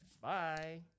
Bye